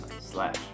Slash